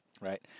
right